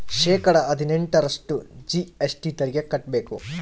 ಶೇಕಡಾ ಹದಿನೆಂಟರಷ್ಟು ಜಿ.ಎಸ್.ಟಿ ತೆರಿಗೆ ಕಟ್ಟ್ಬೇಕು